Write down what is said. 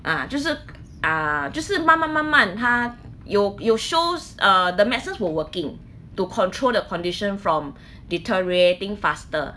ah 就是 ah 就是慢慢慢慢他有有 shows uh the medicines were working to control the condition from deteriorating faster